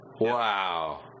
Wow